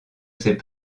ces